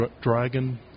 Dragon